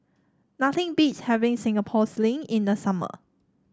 nothing beats having Singapore Sling in the summer